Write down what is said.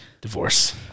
Divorce